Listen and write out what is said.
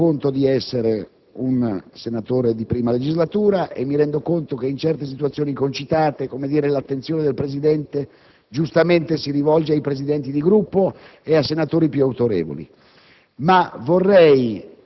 Malan. Mi rendo conto di essere un senatore di prima legislatura e che in certe situazioni concitate l'attenzione del Presidente, giustamente, si rivolge ai Presidenti di Gruppo e a senatori più autorevoli,